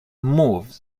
moved